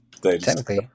Technically